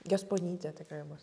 gesponytė tikrai bus